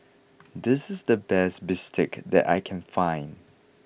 this is the best Bistake that I can find